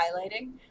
highlighting